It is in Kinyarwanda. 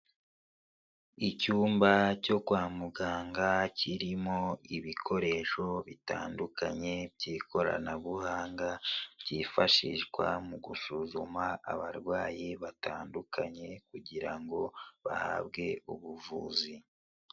Icyumba cyo kwa muganga kirimo ibikoresho bitandukanye by'ikoranabuhanga byifashishwa mu gusuzuma abarwayi batandukanye kugira ngo bahabwe ubuvuzi.